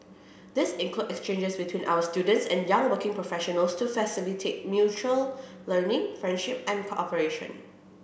these include exchanges between our students and young working professionals to facilitate mutual learning friendship and cooperation